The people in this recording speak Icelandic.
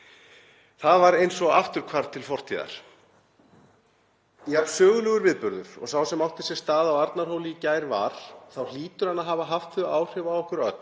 Það var eins og afturhvarf til fortíðar. Jafn sögulegur viðburður og sá sem átti sér stað á Arnarhóli í gær var, þá hlýtur hann að hafa haft þau áhrif á okkur öll